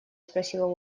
спросила